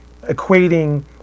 equating